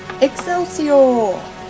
Excelsior